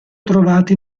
trovati